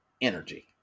energy